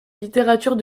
littérature